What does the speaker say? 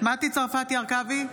מטי צרפתי הרכבי,